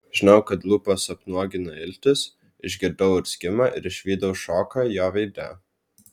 žinojau kad lūpos apnuogina iltis išgirdau urzgimą ir išvydau šoką jo veide